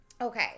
okay